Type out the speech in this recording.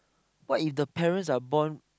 what if the parents are born